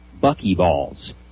buckyballs